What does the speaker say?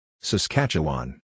Saskatchewan